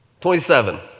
27